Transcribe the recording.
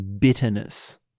bitterness